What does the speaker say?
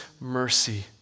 mercy